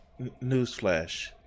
Newsflash